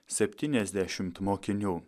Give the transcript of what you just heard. septyniasdešimt mokinių